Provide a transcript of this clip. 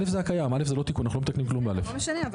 אנחנו נעשה חשיבה נוספת ונחזור לוועדה.